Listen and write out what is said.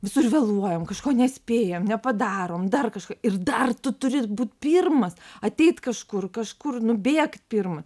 visur vėluojam kažko nespėjam nepadarom dar kažką ir dar tu turi būt pirmas ateit kažkur kažkur nubėgt pirma